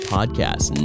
Podcast